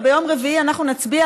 וביום רביעי אנחנו נצביע,